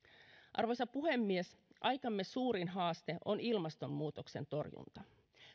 arvoisa puhemies aikamme suurin haaste on ilmastonmuutoksen torjunta